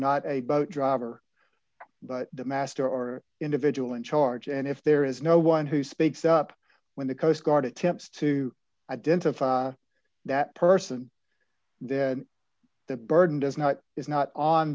not a boat driver but the master or individual in charge and if there is no one who speaks up when the coast guard attempts to identify that person then the burden does not is not on